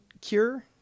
cure